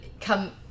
come